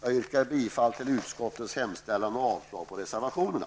Jag yrkar bifall till utskottets hemställan och avslag på reservationerna.